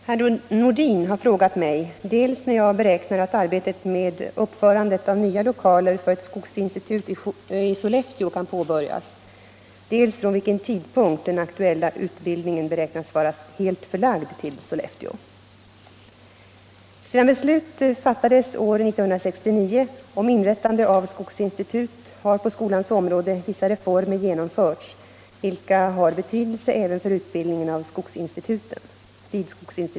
Herr talman! Herr Nordin har frågat mig dels när jag beräknar att arbetet med uppförande av nya lokaler för ett skogsinstitut i Sollefteå kan påbörjas, dels från vilken tidpunkt den aktuella utbildningen beräknas vara helt förlagd till Sollefteå. Sedan beslut fattades år 1969 om inrättande av skogsinstitut har på skolans område vissa reformer genomförts, vilka har betydelse även för utbildningen vid skogsinstituten.